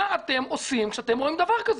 מה אתם עושים כשאתם רואים דבר כזה?